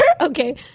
Okay